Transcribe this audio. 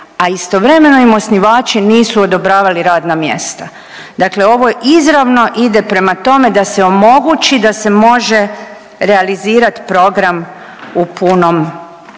a istovremeno im osnivači nisu odobravali radna mjesta, dakle ovo izravno ide prema tome da se omogući da se može realizirat program u punom